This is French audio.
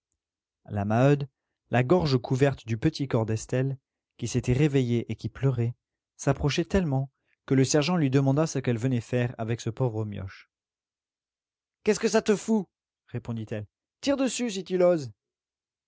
la maheude la gorge couverte du petit corps d'estelle qui s'était réveillée et qui pleurait s'approchait tellement que le sergent lui demanda ce qu'elle venait faire avec ce pauvre mioche qu'est-ce que ça te fout répondit-elle tire dessus si tu l'oses